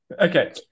Okay